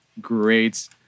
Great